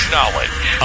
Knowledge